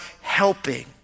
helping